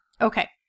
Okay